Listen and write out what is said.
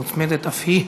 מוצמדת אף היא.